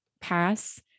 pass